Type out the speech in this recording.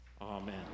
Amen